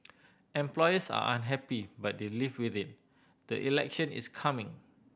employers are unhappy but they live with it the election is coming